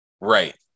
Right